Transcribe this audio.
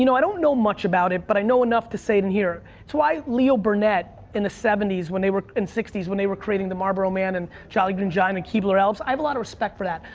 you know i don't know much about it, but i know enough to say it in here. it's why leo burnett in the seventy s, when they were, in the sixty s, when they were creating the marlboro man and jolly green giant and keebler elves, i have a lot of respect for that.